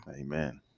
amen